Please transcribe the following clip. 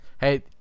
Hey